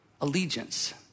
allegiance